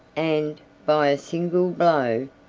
and, by a single blow,